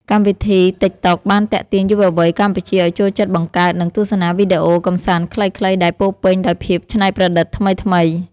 កម្មវិធីតិកតុក បានទាក់ទាញយុវវ័យកម្ពុជាឱ្យចូលចិត្តបង្កើត និងទស្សនាវីដេអូកម្សាន្តខ្លីៗដែលពោរពេញដោយភាពច្នៃប្រឌិតថ្មីៗ។